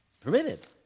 permitted